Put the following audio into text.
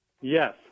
Yes